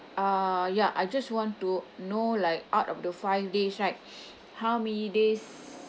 uh ya I just want to know like out of the five days right how many days